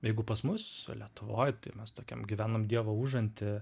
jeigu pas mus lietuvoj tai mes tokiam gyvenam dievo užanty